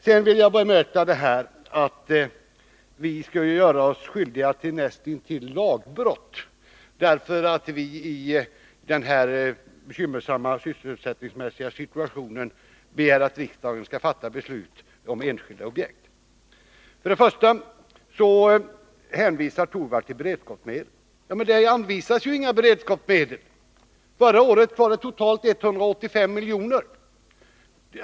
Sedan vill jag bemöta påståendet att vi skulle göra oss skyldiga till näst intill lagbrott därför att vi i den här sysselsättningsmässigt bekymmersamma situationen begär att riksdagen skall fatta beslut om enskilda objekt. Rune Torwald hänvisar till beredskapsmedel. Men det anvisas ju inga beredskapsmedel. Förra året var det totalt 185 miljoner.